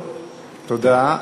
טוב, תודה.